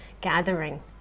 gathering